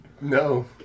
No